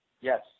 Yes